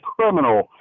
criminal